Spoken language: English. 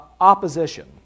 opposition